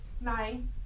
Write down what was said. Nine